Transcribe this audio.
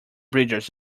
bridges